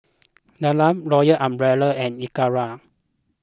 Dilmah Royal Umbrella and Akira